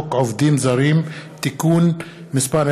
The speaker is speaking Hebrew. לקריאה שנייה ולקריאה שלישית: הצעת חוק עובדים זרים (תיקון מס׳ 20),